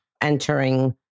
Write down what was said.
entering